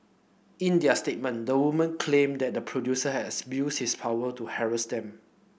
in their statement the woman claim that the producer has abused his power to harass them